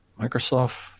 Microsoft